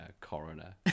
coroner